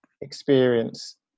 experience